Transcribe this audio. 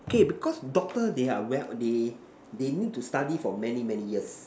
K because doctor they are when they they need to study for many many years